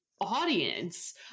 audience